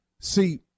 See